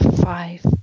five